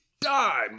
die